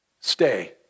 stay